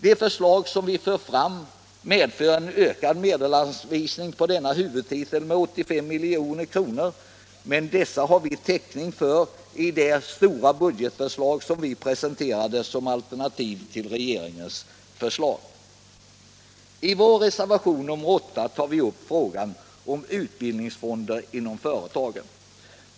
De förslag som vi lägger fram gör det nödvändigt att öka medelsanvisningen på denna huvudtitel med 85 milj.kr., men de medlen har vi täckning för i det stora budgetförslag som vi har presenterat som alternativ till regeringens förslag. I vår reservation 8 tar vi upp frågan om utbildningsfonder inom företagen.